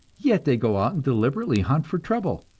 yet they go out and deliberately hunt for trouble!